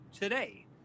today